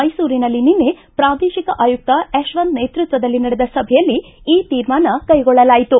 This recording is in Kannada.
ಮ್ನೆಸೂರಿನಲ್ಲಿ ನಿನ್ನೆ ಪ್ರಾದೇಶಿಕ ಆಯುಕ್ತ ಯಶ್ವಂತ್ ನೇತೃತ್ವದಲ್ಲಿ ನಡೆದ ಸಭೆಯಲ್ಲಿ ಈ ತೀರ್ಮಾನ ಕೈಗೊಳ್ಳಲಾಯಿತು